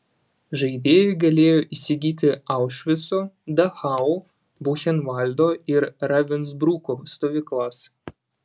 žaidėjai galėjo įsigyti aušvico dachau buchenvaldo ir ravensbruko stovyklas